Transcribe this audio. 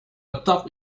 atop